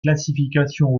classifications